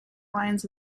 lines